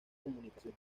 comunicación